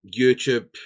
YouTube